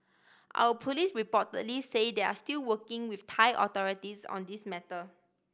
our police reportedly say they are still working with Thai authorities on this matter